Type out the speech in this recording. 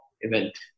event